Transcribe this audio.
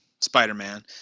Spider-Man